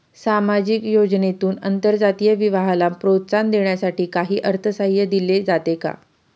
सामाजिक योजनेतून आंतरजातीय विवाहाला प्रोत्साहन देण्यासाठी काही अर्थसहाय्य दिले जाते का?